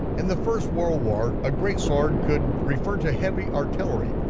in the first world war, a great sword could refer to heavy artillery,